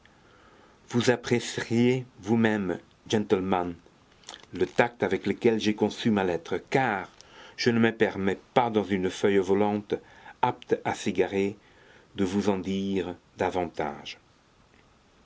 vous apprécierez vous-même gentleman le tact avec lequel j'ai conçu ma lettre car je ne me permets pas dans une feuille volante apte à s'égarer de vous en dire davantage